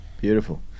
Beautiful